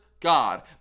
God